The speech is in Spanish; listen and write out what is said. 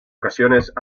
ocasiones